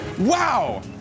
Wow